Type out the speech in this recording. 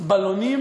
בלונים